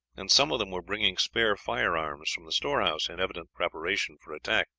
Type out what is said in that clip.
and some of them were bringing spare firearms from the storehouse, in evident preparation for attack.